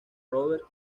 roberts